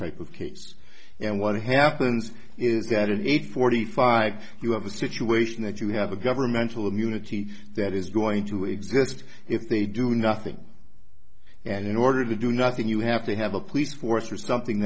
type of case and what happens is that in eight forty five you have a situation that you have a governmental immunity that is going to exist if they do nothing and in order to do nothing you have to have a police force or something